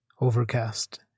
Overcast